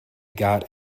got